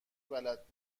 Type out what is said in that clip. بلد